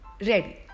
Ready